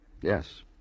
Yes